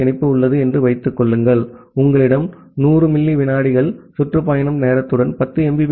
S இணைப்பு உள்ளது என்று வைத்துக் கொள்ளுங்கள் உங்களிடம் 100 மில்லி விநாடிகள் சுற்று பயண நேரத்துடன் 10 எம்